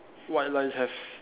white lines have